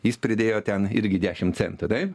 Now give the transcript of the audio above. jis pridėjo ten irgi dešim centų taip